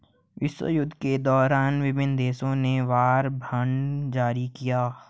विश्वयुद्धों के दौरान विभिन्न देशों ने वॉर बॉन्ड जारी किया